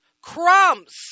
Crumbs